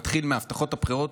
נתחיל מהבטחות הבחירות,